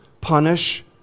punish